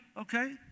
okay